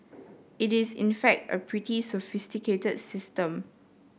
it is in fact a pretty sophisticated system